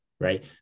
Right